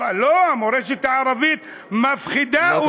לא, המורשת הערבית מפחידה אותנו.